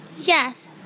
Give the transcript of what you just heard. Yes